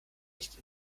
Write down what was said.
nicht